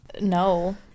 No